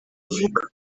avuga